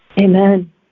Amen